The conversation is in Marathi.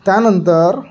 त्यानंतर